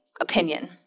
opinion